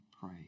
pray